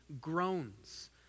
groans